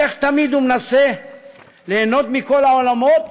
איך תמיד הוא מנסה ליהנות מכל העולמות